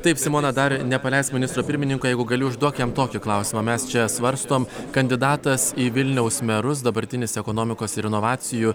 taip simona dar nepaleisk ministro pirmininko jeigu galiu užduok jam tokį klausimą mes čia svarstome kandidatas į vilniaus merus dabartinis ekonomikos ir inovacijų